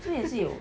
这边也是有